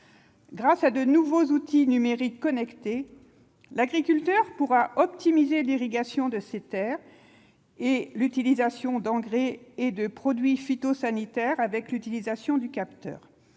Grâce à de nouveaux outils numériques connectés, l'agriculteur pourra optimiser l'irrigation de ses terres et l'utilisation d'engrais et de produits phytosanitaires au moyen de capteurs.